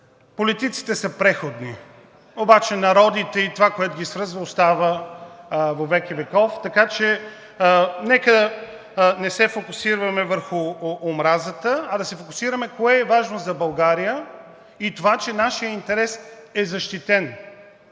политиците са преходни, обаче народите и това, което ги свързва, остава вовеки веков. Така че нека не се фокусираме върху омразата, а да се фокусираме кое е важно за България и това, че нашият интерес е защитен.